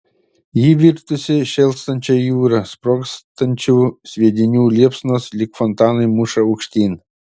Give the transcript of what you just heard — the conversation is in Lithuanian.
ji virtusi šėlstančia jūra sprogstančių sviedinių liepsnos lyg fontanai muša aukštyn